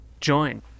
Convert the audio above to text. Join